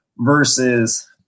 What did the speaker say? versus